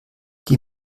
die